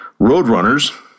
Roadrunners